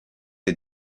est